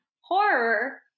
horror